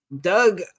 Doug